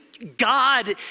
God